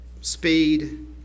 speed